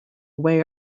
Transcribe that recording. way